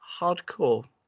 hardcore